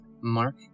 Mark